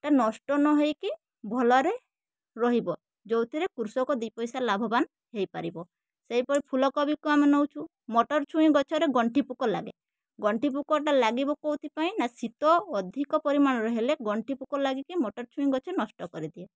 ନଷ୍ଟ ନ ହେଇକି ଭଲରେ ରହିବ ଯେଉଁଥିରେ କୃଷକ ଦୁଇପଇସା ଲାଭବାନ ହେଇପାରିବ ସେହିପରି ଫୁଲକୋବି କୁ ଆମେ ନଉଛୁ ମଟରଛୁଇଁ ଗଛରେ ଗଣ୍ଠି ପୋକ ଲାଗେ ଗଣ୍ଠିପୋକ ଟା ଲାଗିବ କେଉଁଥି ପାଇଁ ନା ଶୀତ ଅଧିକ ପରିମାଣରେ ହେଲେ ଗଣ୍ଠିପୋକ ଲାଗିକି ମଟରଛୁଇଁ ଗଛ ନଷ୍ଟ କରିଦିଏ